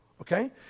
okay